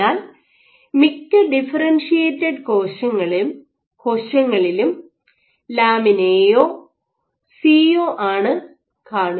അതിനാൽ മിക്ക ഡിഫറെൻഷിയേറ്റഡ് കോശങ്ങളിലും ലാമിൻ എ യോ സി യോ Lamin AC ആണ് കാണുന്നത്